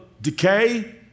decay